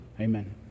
Amen